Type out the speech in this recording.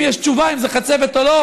אם יש תשובה אם זה חצבת או לא,